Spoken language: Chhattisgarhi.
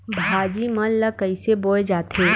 भाजी मन ला कइसे बोए जाथे?